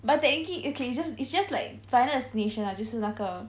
but technically okay it's just like final destination lah 就是那个